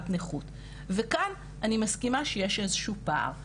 נכות וכאן אני מסכימה שיש איזשהו פער,